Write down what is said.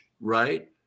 right